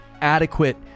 adequate